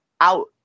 out